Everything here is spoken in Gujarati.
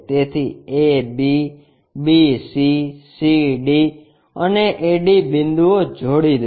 તેથી ab bc cd અને ad બિંદુઓ જોડી દો